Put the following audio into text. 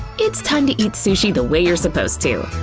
it's time to eat sushi the way you're supposed to.